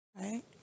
right